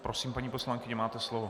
Prosím, paní poslankyně, máte slovo.